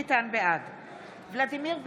ולדימיר בליאק,